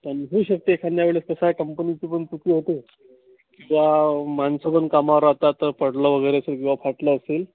तर होऊ शकते एखाद्या वेळेस कसं आहे कंपनीची पण चूक होते किंवा माणसं पण कामावर राहतात तर पडलं वगैरे असेल किंवा फाटलं असेल